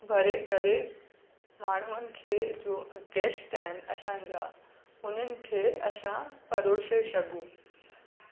भरे करे माण्हुनि खे जो गेश्ट आहिनि असांजा उन्हनि खे असां परोसे सघूं